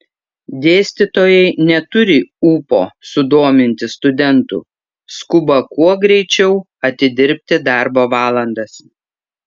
dėstytojai neturi ūpo sudominti studentų skuba kuo greičiau atidirbti darbo valandas